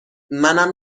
منم